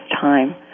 time